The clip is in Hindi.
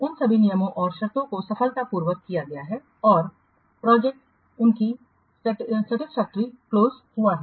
उन सभी नियमों और शर्तों को सफलतापूर्वक पूरा किया गया है और प्रोजेक्ट उनकी सेटिस्फेक्ट्री क्लोज हुआ है